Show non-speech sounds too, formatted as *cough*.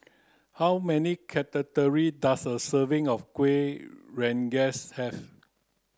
how many *unintelligible* does a serving of Kuih Rengas have